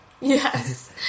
Yes